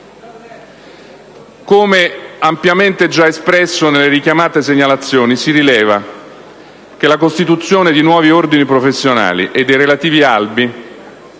«come ampiamente già espresso nelle richiamate segnalazioni, si rileva che la costituzione di nuovi ordini professionali e dei relativi albi